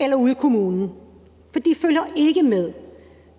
eller ude i kommunen. For de følger ikke med.